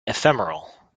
ephemeral